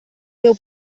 meu